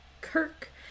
kirk